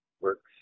works